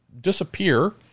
disappear